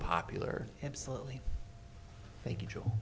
popular absolutely thank you